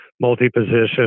multi-position